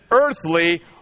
earthly